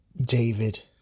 David